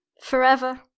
forever